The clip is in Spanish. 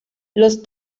los